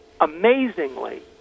amazingly